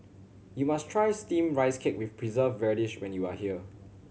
you must try Steamed Rice Cake with Preserved Radish when you are here